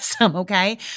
okay